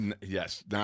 Yes